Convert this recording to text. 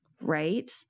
right